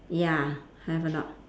ya have or not